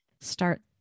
start